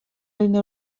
línia